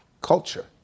culture